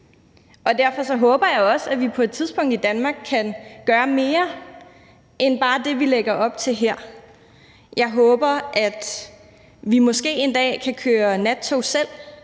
Derfor håber jeg også, at vi på et tidspunkt i Danmark kan gøre mere end bare det, vi lægger op til her. Jeg håber, at vi måske en dag selv kan køre nattog fra